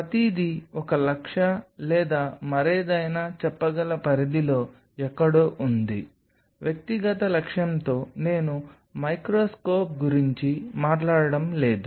ప్రతిదీ ఒక లక్ష లేదా మరేదైనా చెప్పగల పరిధిలో ఎక్కడో ఉంది వ్యక్తిగత లక్ష్యంతో నేను మైక్రోస్కోప్ గురించి మాట్లాడటం లేదు